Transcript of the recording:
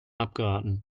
abgeraten